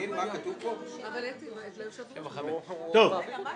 מה קורה פה?